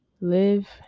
live